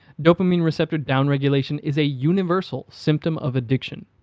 dopamine receptor downregulation is a universal symptom of addiction.